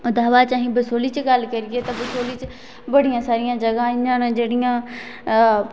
उदहा हा बाद अहें बसोहली च गल्ल करिये ते बसोहली च बड़ियां सारियां जगह् इयां न जेह्ड़ियां